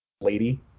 lady